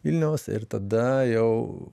vilniaus ir tada jau